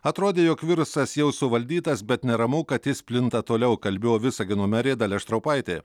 atrodė jog virusas jau suvaldytas bet neramu kad jis plinta toliau kalbėjo visagino merė dalia štraupaitė